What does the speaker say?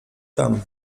tam